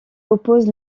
oppose